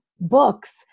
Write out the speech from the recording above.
books